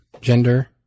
gender